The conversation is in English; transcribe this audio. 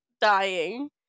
dying